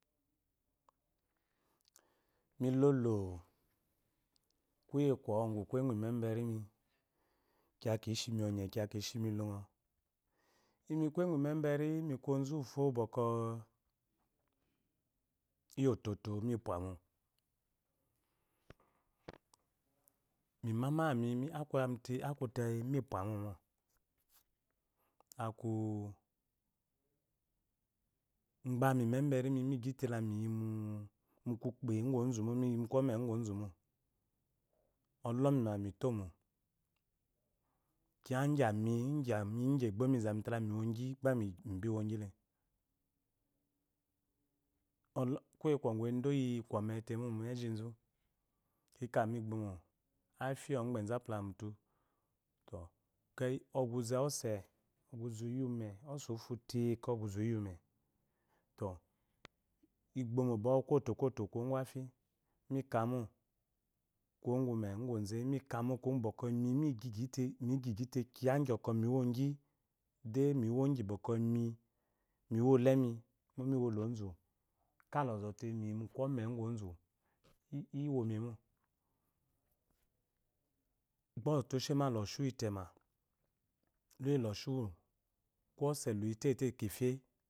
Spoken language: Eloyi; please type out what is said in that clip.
Mi lolo kuye kwɔgu kuye ga imeshe rimi kiya kishimi ɔnye kiya kishimi lungo mikuye gu imeberi miku ozuwu fo wokwɔ iyi ototo miporamo imamayi ami akwamite mi pwamomo aku gba niberimi mi gyite lamiya mukukpe gu ozumo miyi mu komee ugu ozumo oɔmi ma mitomo kiya gyami gyami gyi egbomi zami te lami wogyi gba miwogyile kuye kwɔgu edo oyi kometemo mejizu kika bigbomo afi ogbezu akpulama mute tɔ oguze ose oguze uyi ume ose uhute akeyi oguze uyime igbo mogba ku konto konto kuwo sun afi mikamo kuwo gu uyiume kyze mika mota migyigyite kiya gyiɔkwɔ miwo gyi de miwogyi gy bwɔkwɔ miwo mikwɔme gu ozu iwomemo gbaleɔte oshe ba lɔshiwu otema ida alɔshiwu ko ɔse huyitete kife.